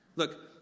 Look